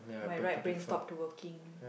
my right stopped working